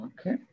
Okay